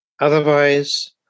Otherwise